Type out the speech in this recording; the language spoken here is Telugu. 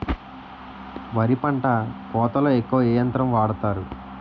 వరి పంట కోతలొ ఎక్కువ ఏ యంత్రం వాడతారు?